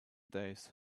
days